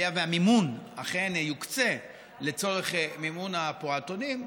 היה והמימון אכן יוקצה לצורך מימון הפעוטונים,